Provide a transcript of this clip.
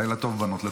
לילה טוב, בנות.